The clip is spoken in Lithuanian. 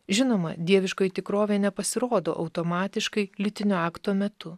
žinoma dieviškoji tikrovė nepasirodo automatiškai lytinio akto metu